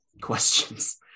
questions